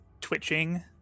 twitching